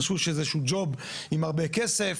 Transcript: חשבו שזה איזשהו ג'וב עם הרבה כסף,